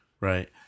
Right